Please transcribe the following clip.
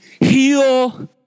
heal